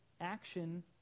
action